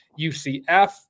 UCF